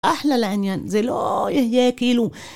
אחלה לעניין, זה לא יהיה כאילו.